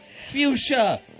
fuchsia